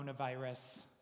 coronavirus